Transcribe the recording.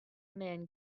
men